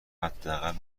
حداقل